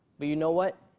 but you know what?